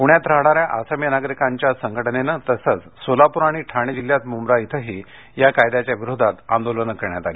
पुण्यात राहणाऱ्या आसामी नागरिकांच्या संघटनेनं तसंच सोलापूर आणि ठाणे जिल्ह्यात मुंब्रा इथंही या कायद्याविरोधात आंदोलनं करण्यात आली